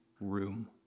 room